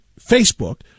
Facebook